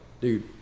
dude